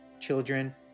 children